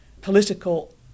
political